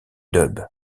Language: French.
dub